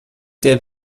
der